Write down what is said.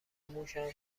موشاند